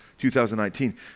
2019